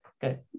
good